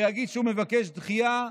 ויגיד שהוא מבקש דחייה.